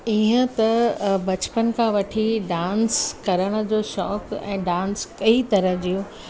ईअं त बचपन खां वठी डांस करण जो शौक़ ऐं डांस कई तरह जूं